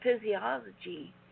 physiology